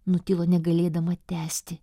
nutilo negalėdama tęsti